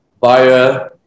via